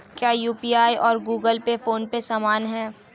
क्या यू.पी.आई और Google Pay PhonePe समान हैं?